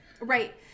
right